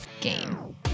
game